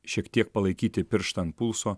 šiek tiek palaikyti pirštą ant pulso